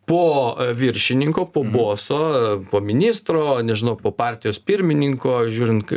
po viršininko po boso po ministro nežinau po partijos pirmininko žiūrint